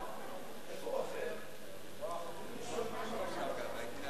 51) (השקעה בהפקות מקומיות בשפה האמהרית),